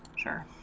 sure